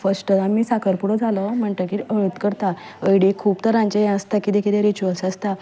first आमी साकरपुडो जालो म्हणटगीर हळद करता हळदीक खूब तरांचें हें आसता खूब तरांचे रिच्युअल्स आसता